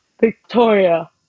Victoria